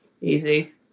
Easy